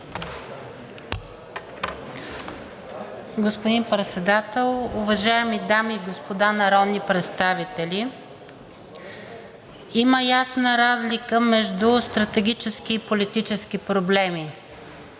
Господин Председател, уважаеми дами и господа народни представители! Има ясна разлика между стратегически и политически проблеми.